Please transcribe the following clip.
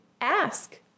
Ask